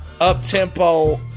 up-tempo